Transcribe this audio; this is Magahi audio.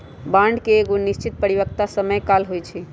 बांड के एगो निश्चित परिपक्वता समय काल होइ छइ